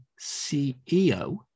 CEO